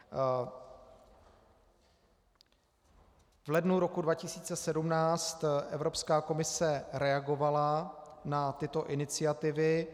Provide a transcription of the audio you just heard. V lednu roku 2017 Evropská komise reagovala na tyto iniciativy.